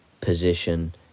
position